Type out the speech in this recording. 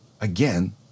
again